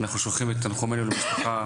אנחנו שולחים את תנחומינו למשפחה